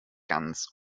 ganz